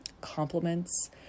compliments